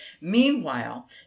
Meanwhile